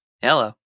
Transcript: Hello